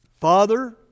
Father